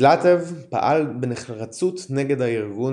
זלאטב פעל בנחרצות נגד הארגון